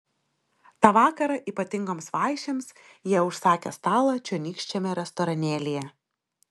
tą vakarą ypatingoms vaišėms jie užsakė stalą čionykščiame restoranėlyje